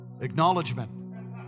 acknowledgement